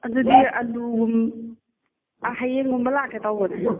ꯑꯗꯨꯗꯤ ꯑꯂꯨꯒꯨꯝ ꯍꯌꯦꯡꯒꯨꯝꯕ ꯂꯥꯛꯀꯦ ꯇꯧꯕꯅꯦ